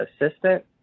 assistant